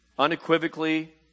Unequivocally